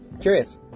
curious